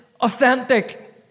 authentic